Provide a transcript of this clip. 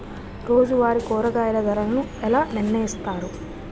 రోజువారి కూరగాయల ధరలను ఎలా నిర్ణయిస్తారు?